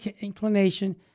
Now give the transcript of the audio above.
inclination